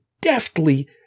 deftly